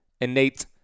innate